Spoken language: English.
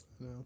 No